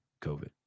COVID